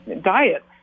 diet